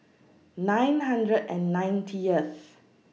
nine hundred and ninetieth